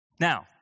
Now